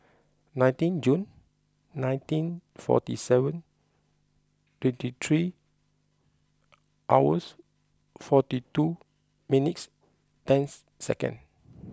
nineteen Jun nineteen forty seven twenty three hours forty two minutes and second